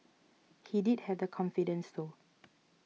he did have the confidence though